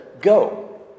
go